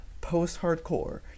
post-hardcore